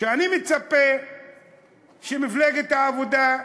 אני מצפה שמפלגת העבודה,